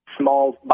small